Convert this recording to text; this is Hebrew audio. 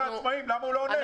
למה הוא לא עונה?